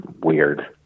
weird